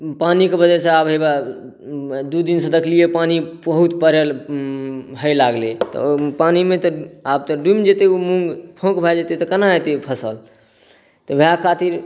पानिके वजहसँ आब हेबे दुइ दिनसँ देखलिए पानि बहुत पड़ल होइ लागलै तऽ पानिमे तऽ आब तऽ डुबि जेतै मूँग फोंक भऽ जेतै तऽ कोना हेतै फसिल तऽ वएह खातिर